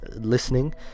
listening